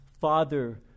Father